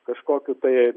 kažkokių tai